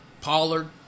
Pollard